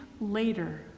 later